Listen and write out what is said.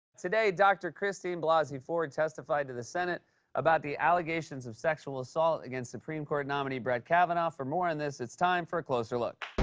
today dr. christine blasey ford testified to the senate about the allegations of sexual assault against supreme court nominee brett kavanaugh. for more on this, it's time for a closer look.